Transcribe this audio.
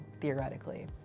theoretically